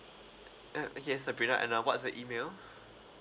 yeah okay sabrina and uh what's your email